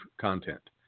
content